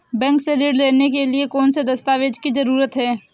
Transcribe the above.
Bank से ऋण लेने के लिए कौन से दस्तावेज की जरूरत है?